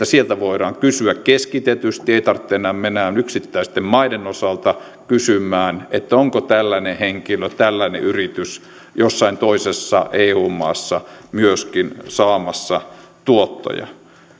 sieltä voidaan kysyä keskitetysti ei tarvitse mennä enää yksittäisten maiden osalta kysymään onko tällainen henkilö tällainen yritys jossain toisessa eu maassa myöskin saamassa tuottoja